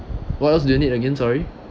what else do you need again sorry